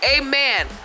amen